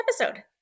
episode